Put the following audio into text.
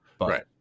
Right